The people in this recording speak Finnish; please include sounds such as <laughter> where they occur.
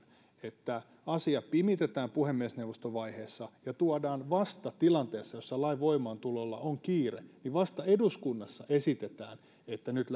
että asia pimitetään puhemiesneuvostovaiheessa ja tuodaan vasta tilanteessa jossa lain voimaantulolla on kiire ja vasta eduskunnassa esitetään että nyt <unintelligible>